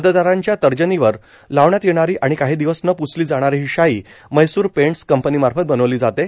मतदारांच्या तर्जनीवर लावण्यात येणारी आणि काही दिवस न प्सली जाणारी ही शाई म्हैसूर पेंटस् कंपनीमार्फत बनवली जाते